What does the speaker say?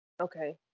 Okay